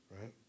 Right